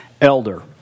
elder